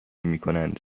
میکنند